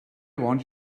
want